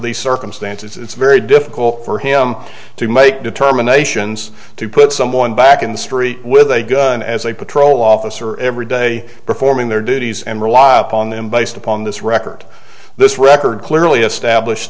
these circumstances it's very difficult for him to make determinations to put someone back in the street with a gun as a patrol officer every day performing their duties and rely upon them based upon this record this record clearly established